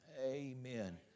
Amen